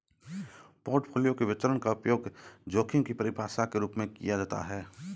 portfolio के विचरण का उपयोग जोखिम की परिभाषा के रूप में किया जाता है